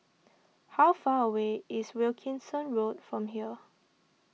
how far away is Wilkinson Road from here